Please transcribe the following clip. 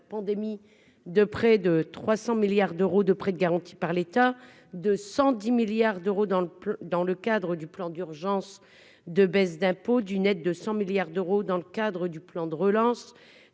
pandémie de près de 300 milliards d'euros de prêts garantis par l'État de 110 milliards d'euros dans le dans le cadre du plan d'urgence de baisses d'impôts, d'une aide de 100 milliards d'euros dans le cadre du plan de relance